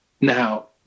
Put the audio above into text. Now